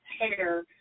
hair